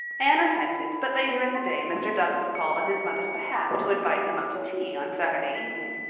anne assented but later in the day mr. douglas called on his mother's behalf to invite them up to tea on saturday evening.